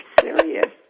serious